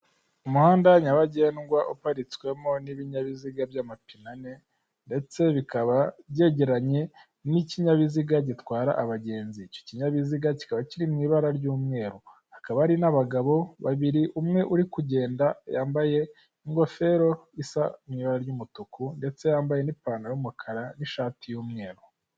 Umuhanda nyabagendwa uparitswemo n'ibinyabiziga by'amapine ane ndetse bikaba byegeranye n'ikinyabiziga gitwara abagenzi, icyo kinyabiziga kikaba kiri mu ibara ry'umweru, hakaba ari n'abagabo babiri, umwe uri kugenda yambaye ingofero isa n'ibara ry'umutuku ndetse yambaye n'ipantaro y'umukara n'ishati y'umweru.